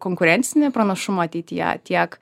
konkurencinį pranašumą ateityje tiek